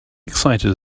excited